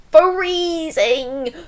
freezing